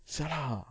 sia lah